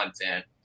content